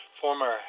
former